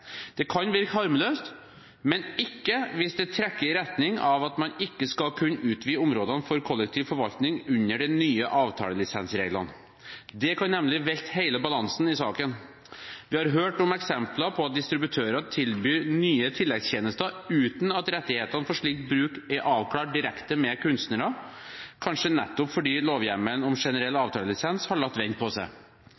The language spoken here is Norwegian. Det kan være harmløst, men ikke hvis det trekker i retning av at man ikke skal kunne utvide områdene for kollektiv forvaltning under de nye avtalelisensreglene. Det kan nemlig velte hele balansen i saken. Vi har hørt om eksempler på at distributører tilbyr nye tilleggstjenester uten at rettighetene for slik bruk er avklart direkte med kunstnerne, kanskje nettopp fordi lovhjemmelen om generell avtalelisens har latt vente på seg.